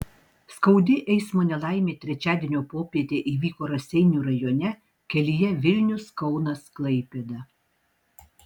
skaudi eismo nelaimė trečiadienio popietę įvyko raseinių rajone kelyje vilnius kaunas klaipėda